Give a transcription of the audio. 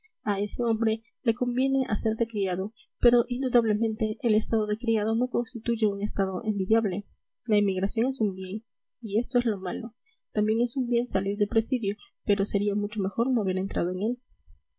a ese hombre le conviene hacer de criado pero indudablemente el estado de criado no constituye un estado envidiable la emigración es un bien y esto es lo malo también es un bien salir de presidio pero sería mucho mejor no haber entrado en él